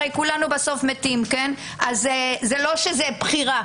הרי כולנו בסוף מתים, זה לא בחירה.